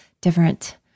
different